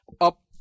Up